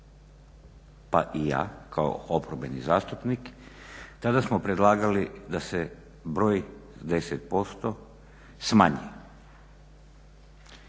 pa i ja kao oporbeni zastupnik tada smo predlagali da se broj 10% smanji.